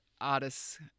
artists